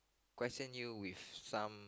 question with some